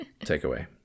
takeaway